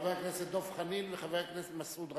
חבר הכנסת דב חנין וחבר הכנסת מסעוד גנאים.